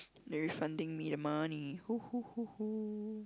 they're refunding me the money !woohoohoo!